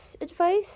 advice